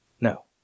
No